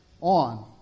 on